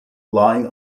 lying